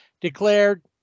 declared